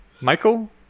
Michael